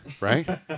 right